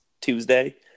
Tuesday